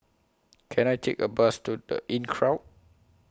Can I Take A Bus to The Inncrowd